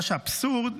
מה שאבסורד,